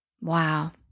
Wow